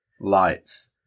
lights